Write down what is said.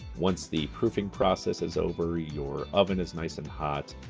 once the proofing process is over, your oven is nice and hot,